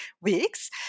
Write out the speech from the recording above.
weeks